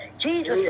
Jesus